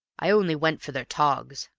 i only went for their togs,